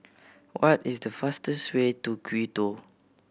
what is the fastest way to Quito